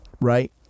right